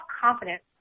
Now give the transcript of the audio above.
confidence